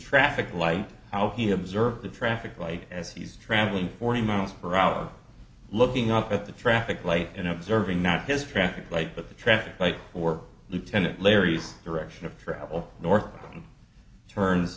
traffic light how he observed the traffic light as he's traveling forty miles per hour looking up at the traffic light and observing not his traffic light but the traffic light for lieutenant larry's direction of travel north